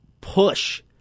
push